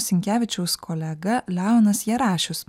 sinkevičiaus kolega leonas jarašius